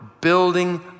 building